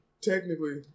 Technically